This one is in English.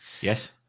yes